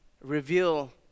reveal